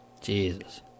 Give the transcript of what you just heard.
Jesus